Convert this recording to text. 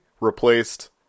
replaced